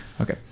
Okay